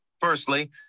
firstly